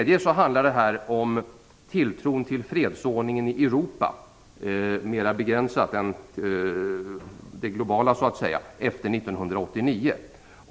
Detta handlar också om tilltron till fredsordningen i Europa - ett mer begränsat perspektiv än det globala - efter 1989.